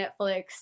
Netflix